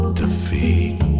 defeat